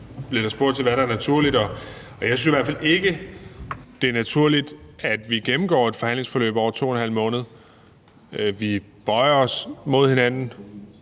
– der blev spurgt til, hvad der er naturligt – vil jeg sige, at jeg i hvert fald ikke synes, at det er naturligt, at vi gennemgår et forhandlingsforløb på over 2½ måned. Vi bøjer os mod hinanden,